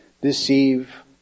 deceive